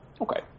Okay